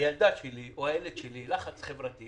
על הילדה שלי מופעל לחץ חברתי